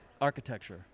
architecture